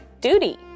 duty